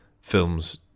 films